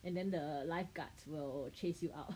and then the lifeguards will chase you out